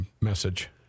message